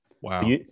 Wow